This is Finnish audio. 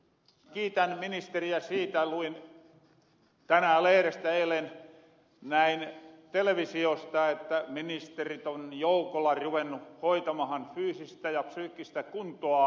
kiitän ministeriä siitä luin tänään lehdestä ja eilen näin televisiosta että ministerit on joukolla ruvennu hoitamahan fyysistä ja psyykkistä kuntoaan